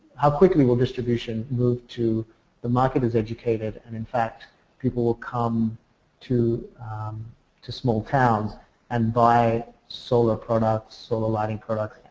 ah quickly will distribution move to the market as educated and in fact people will come to to small towns and buy solar products, solar lighting products,